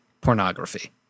pornography